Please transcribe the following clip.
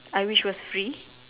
I wish was free